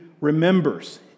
remembers